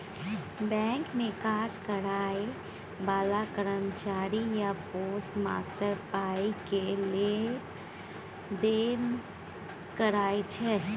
bank मे काज करय बला कर्मचारी या पोस्टमास्टर पाइ केर लेब देब करय छै